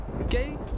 Okay